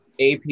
AP